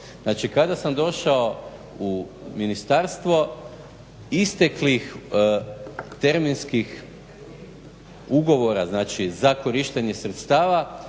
kada sam došao u ministarstvo isteklih terminskih ugovora znači za korištenje sredstava